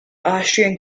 austrian